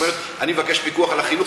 אומרת: אני מבקשת פיקוח על החינוך,